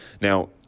Now